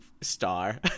star